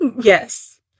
Yes